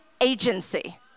agency